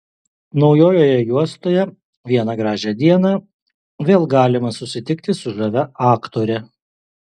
naujoje juostoje vieną gražią dieną vėl galima susitikti su žavia aktore